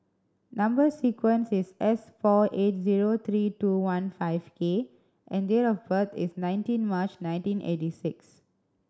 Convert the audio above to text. number sequence is S four eight zero three two one five K and date of birth is nineteen March nineteen eighty six